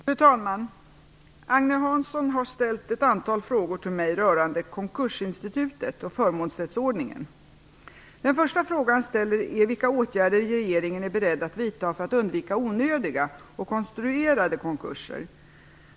Fru talman! Agne Hansson har ställt ett antal frågor till mig rörande konkursinstitutet och förmånsrättsordningen. Den första frågan han ställer är vilka åtgärder regeringen är beredd att vidta för att undvika onödiga och konstruerade konkurser.